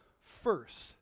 First